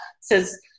says